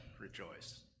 rejoice